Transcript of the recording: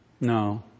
No